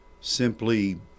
simply